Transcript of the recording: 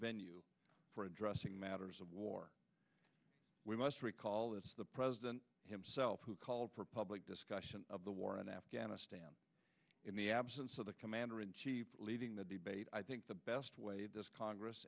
venue for addressing matters of war we must recall that the president himself who called for a public discussion of the war in afghanistan in the absence of the commander in chief leading the debate i think the best way this congress